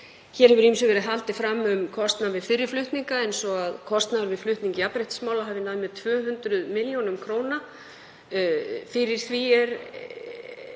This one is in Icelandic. Hér hefur ýmsu verið haldið fram um kostnað við fyrri flutninga, eins og að kostnaður við flutning jafnréttismála hafi numið 200 millj. kr. Fyrir því eru